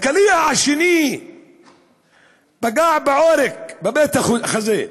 הקליע השני פגע בעורק בבית החזה.